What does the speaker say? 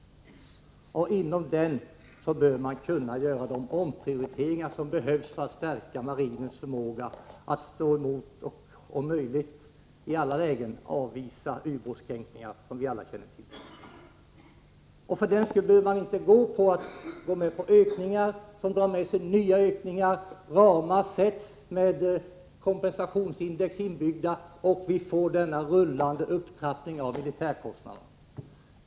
Inom den bör man kunna göra de omprioriteringar som behövs för att stärka marinens förmåga att stå emot och om möjligt i alla lägen avvisa sådana ubåtskränkningar som vi alla känner till. För den skull behöver man inte gå med på ökningar som i sin tur drar med sig ökningar. Ramar sätts upp med kompensationsindex inbyggt, och vi får denna rullande upptrappning av militära kostnader.